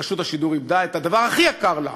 רשות השידור איבדה את הדבר הכי יקר לה,